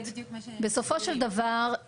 בסופו של דבר,